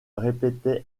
répétait